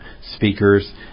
speakers